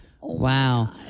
Wow